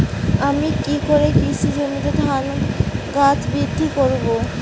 আমি কী করে কৃষি জমিতে ধান গাছ বৃদ্ধি করব?